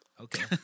Okay